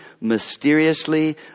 mysteriously